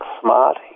smart